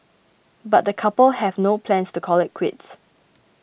but the couple have no plans to call it quits